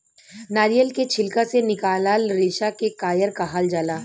नारियल के छिलका से निकलाल रेसा के कायर कहाल जाला